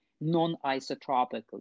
non-isotropically